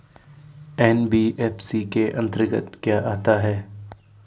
NBFC के अंतर्गत क्या आता है?